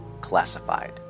Classified